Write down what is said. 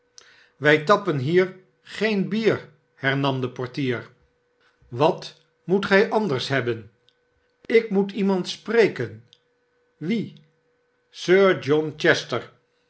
wij tappen hier geen bier hernam deportier h sir john chester wat moet gij anders hebben a ik moet iemand spreken wien sir john chester